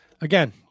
again